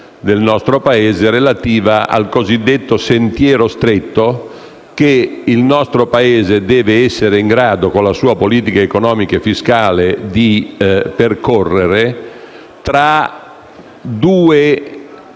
del nostro Paese relativa al cosiddetto sentiero stretto che il nostro Paese deve essere in grado, con la sua politica economica e fiscale, di percorrere tra due